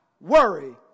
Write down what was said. worry